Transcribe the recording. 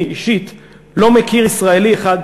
לא מכיר ישראלי אחד,